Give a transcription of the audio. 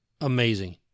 Amazing